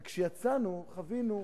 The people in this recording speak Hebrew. אבל כשיצאנו חווינו